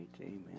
amen